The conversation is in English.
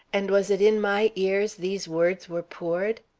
and was it in my ears these words were poured?